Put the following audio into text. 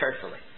carefully